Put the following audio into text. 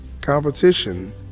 competition